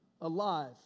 alive